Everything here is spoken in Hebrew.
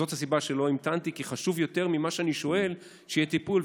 זאת הסיבה שלא המתנתי כי חשוב יותר ממה שאני שואל זה שיהיה טיפול,